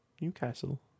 Newcastle